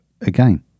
again